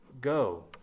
go